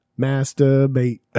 Masturbate